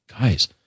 guys